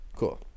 Cool